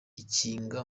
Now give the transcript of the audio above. ikinga